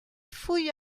fouilles